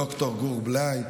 ד"ר גור בליי,